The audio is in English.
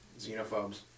Xenophobes